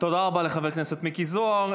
תודה רבה, חבר הכנסת מיקי זוהר.